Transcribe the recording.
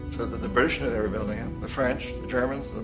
the the british knew they were building them, the french, the germans,